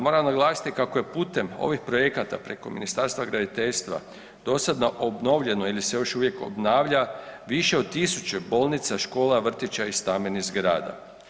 Moram naglasiti kako je putem ovih projekata preko Ministarstva graditeljstva dosad obnovljeno ili se još uvijek obnavlja više od tisuću bolnica, škola, vrtića i stambenih zgrada.